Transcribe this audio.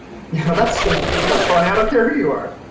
yeah that's that's funny, i don't care who you are.